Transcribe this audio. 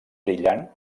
brillant